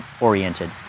oriented